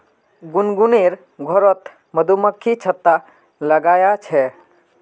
गुनगुनेर घरोत मधुमक्खी छत्ता लगाया छे